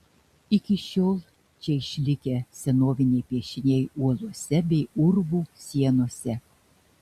iki šiol čia išlikę senoviniai piešiniai uolose bei urvų sienose